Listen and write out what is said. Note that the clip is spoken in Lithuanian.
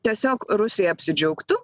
tiesiog rusija apsidžiaugtų